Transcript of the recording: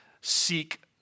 seek